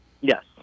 Yes